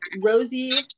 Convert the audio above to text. Rosie